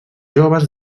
joves